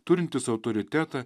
turintis autoritetą